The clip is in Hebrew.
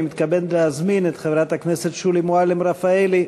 אני מתכבד להזמין את חברת הכנסת שולי מועלם-רפאלי,